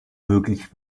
möglich